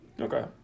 Okay